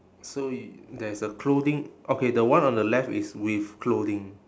so i~ there's a clothing okay the one on the left is with clothing